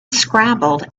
scrambled